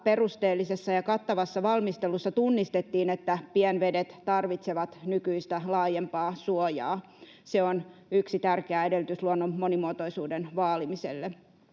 perusteellisessa ja kattavassa valmistelussa tunnistettiin, että pienvedet tarvitsevat nykyistä laajempaa suojaa. Se on yksi tärkeä edellytys luonnon monimuotoisuuden vaalimiselle.